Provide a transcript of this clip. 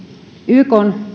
ykn